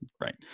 right